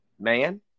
Man